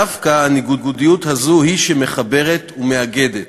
דווקא הניגודיות הזאת היא שמחברת ומאגדת.